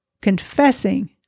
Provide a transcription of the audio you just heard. confessing